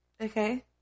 Okay